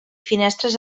finestres